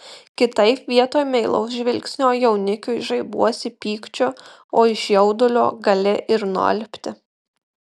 kitaip vietoj meilaus žvilgsnio jaunikiui žaibuosi pykčiu o iš jaudulio gali ir nualpti